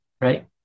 right